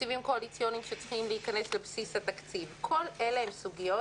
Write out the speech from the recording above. תקציבים קואליציוניים שצריכים להיכנס לבסיס התקציב כל אלה סוגיות